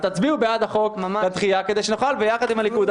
אז תצביעו בעד החוק הדחייה כדי שנוכל ביחד עם הליכוד,